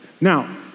Now